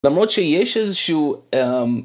למרות שיש איזשהו